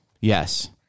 Yes